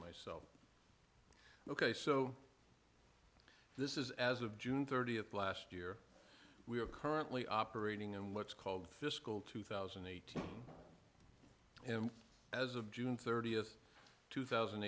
myself ok so this is as of june thirtieth last year we are currently operating and what's called fiscal two thousand and eighteen and as of june thirtieth two thousand